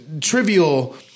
Trivial